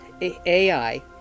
AI